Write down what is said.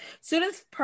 Students